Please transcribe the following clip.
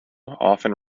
often